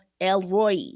Elroy